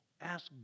ask